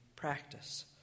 practice